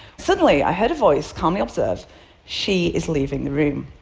suddenly, i heard a voice calmly observe she is leaving the room.